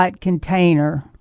Container